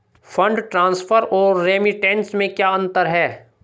Fund transfer और remittance में क्या अंतर है?